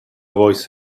avoid